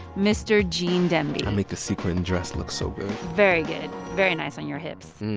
mr. gene demby i make the sequined dress look so good very good, very nice on your hips.